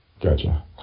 Gotcha